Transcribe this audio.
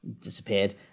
disappeared